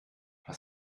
was